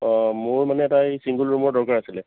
অঁ মোৰ মানে এটা এই চিংগুল ৰুমৰ দৰকাৰ আছিলে